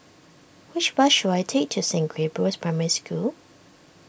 which bus should I take to Saint Gabriel's Primary School